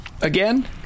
again